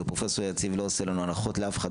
ופרופ' יציב לא עושה הנחות לאף אחד